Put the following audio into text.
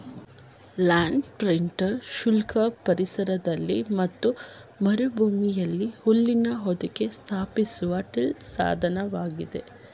land printer ಶುಷ್ಕ ಪರಿಸರದಲ್ಲಿ ಮತ್ತು ಮರುಭೂಮಿಲಿ ಹುಲ್ಲಿನ ಹೊದಿಕೆ ಸ್ಥಾಪಿಸುವ ಟಿಲ್ ಸಾಧನವಾಗಿದೆ